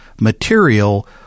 material